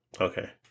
Okay